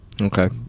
okay